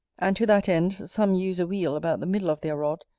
and to that end, some use a wheel about the middle of their rod,